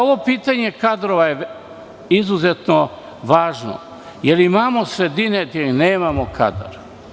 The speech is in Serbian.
Ovo pitanje kadrova je izuzetno važno, jer imamo sredine gde i nemamo kadar.